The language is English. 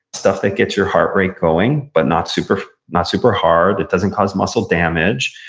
stuff that gets your heart rate going but not super not super hard, it doesn't cause muscle damage.